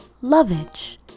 lovage